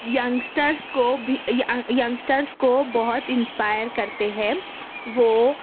youngsters کو بھی youngsters کو بہت اِنسپائر کرتے ہیں وہ